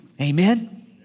Amen